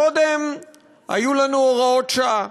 קודם היו לנו הוראות שעה,